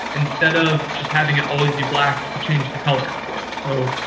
instead of just having it always be black, you could change the color for it. so,